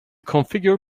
configure